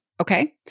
Okay